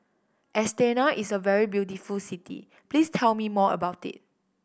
Astana is a very beautiful city please tell me more about it